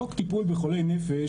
חוק טיפול בחולי נפש,